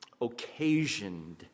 occasioned